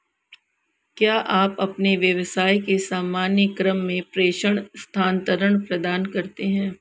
क्या आप अपने व्यवसाय के सामान्य क्रम में प्रेषण स्थानान्तरण प्रदान करते हैं?